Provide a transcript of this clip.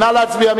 נא להצביע.